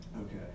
Okay